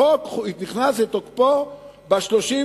החוק נכנס לתוקפו ב-31